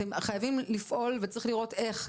אתם חייבים לפעול וצריך לראות איך.